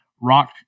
Rock